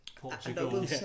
Portugal